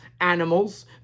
animals